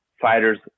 fighters